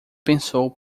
pensou